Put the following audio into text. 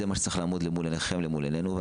זה מה שצריך לעמוד מול עיניכם ומול עינינו.